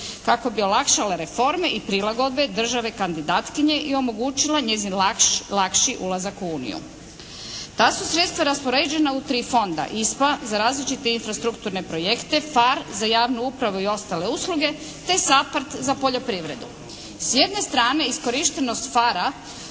kako bi olakšala reforme i prilagodbe države kandidatkinje i omogućila njezini lakši ulazak u Uniju. Ta su sredstva raspoređena u tri fonda: ISPA za različite infrastrukturne projekte, PHARE za javnu upravu i ostale usluge te SAPARD za poljoprivredu. S jedne strane iskorištenost